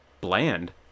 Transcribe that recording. bland